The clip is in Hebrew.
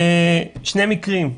שני מקרים.